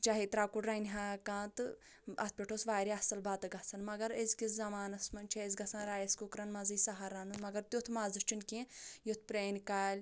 چاہے ترٛکُر رَنِہا کانٛہہ تہٕ اتھ پٮ۪ٹھ اوس واریاہ اصٕل بَتہٕ گَژھان مگر أزکِس زمانَس مَنٛز چھُ اسہِ گَژھان رایس کُکرَن مَنزٕے سَہَل رَنُن مگر تیٛتھ مَزٕ چھُنہٕ کیٚنٛہہ یُتھ پرٛانہِ کالہِ